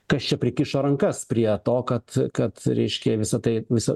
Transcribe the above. kas čia prikišo rankas prie to kad kad reiškia visa tai visa